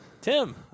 tim